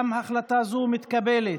גם הצעה זו מתקבלת.